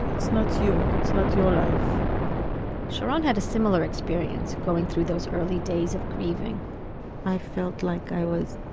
it's not you, it's not your life sharon had a similar experience, going through those early days of grieving i felt like i was